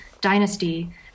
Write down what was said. dynasty